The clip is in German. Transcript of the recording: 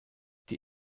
die